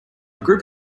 group